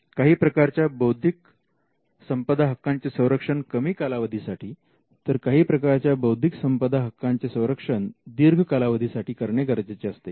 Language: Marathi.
काही प्रकारच्या बौद्धिक संपदा हक्कांचे संरक्षण कमी कालावधीसाठी तर काही प्रकारच्या बौद्धिक संपदा हक्कांचे संरक्षण दीर्घ कालावधीसाठी करणे गरजेचे असते